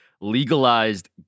legalized